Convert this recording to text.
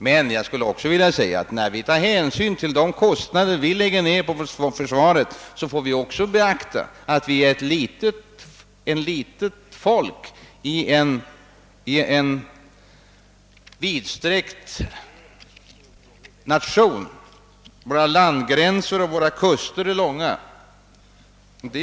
Men jag skulle också vilja säga att när vi bedömer de kostnader vi lägger ned på försvaret, så får vi också beakta att vi är ett litet folk i ett vidsträckt land. Våra landgränser och våra kuster är långa.